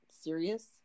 serious